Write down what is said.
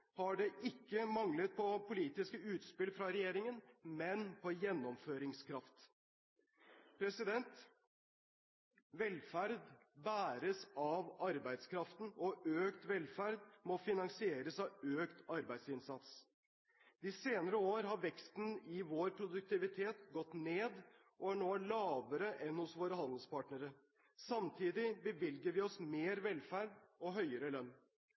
har det ikke manglet på politiske utspill fra regjeringen, men på gjennomføringskraft. Velferd bæres av arbeidskraften, og økt velferd må finansieres av økt arbeidsinnsats. De senere år har veksten i vår produktivitet gått ned, og den er nå lavere enn hos våre handelspartnere. Samtidig bevilger vi oss mer velferd og høyere lønn.